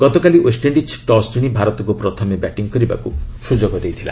ଗତକାଲି West Indies toss ଜିଣି ଭାରତକୁ ପ୍ରଥମେ ବ୍ୟାଟିଂ କରିବାକୁ ସୁଯୋଗ ଦେଇଥିଲା